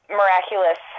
miraculous